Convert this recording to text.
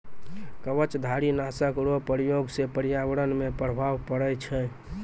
कवचधारी नाशक रो प्रयोग से प्रर्यावरण मे प्रभाव पड़ै छै